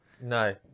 no